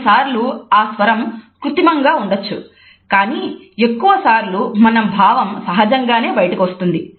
కొన్నిసార్లు ఆ స్వరం కృత్రిమంగా ఉండొచ్చు కానీ ఎక్కువసార్లు మన భావం సహజంగానే బయటకువస్తుంది